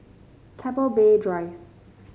Keppel Bay Drive